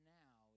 now